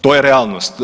To je realnost.